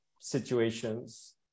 situations